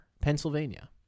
Pennsylvania